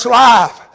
life